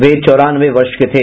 वे चौरानवे वर्ष के थे